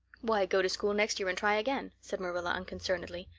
why, go to school next year and try again, said marilla unconcernedly.